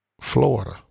Florida